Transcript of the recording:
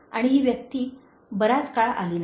आणि ही व्यक्ती बराच काळ आली नाही